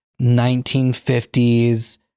1950s